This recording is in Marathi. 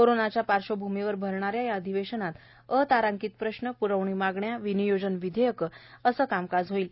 कोरोनाच्या पार्श्वभूमीवर भरणाऱ्या या अधिवेशनात अतारांकित प्रश्न प्रवणी मागण्या विनियोजन विधेयके असे कामकाज होणार आहे